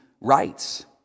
rights